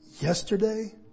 Yesterday